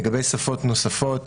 לגבי שפות נוספות,